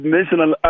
National